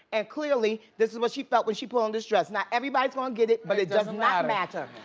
and, clearly, this is what she felt when she put on this dress. not everybody's gonna get it, but it does not matter.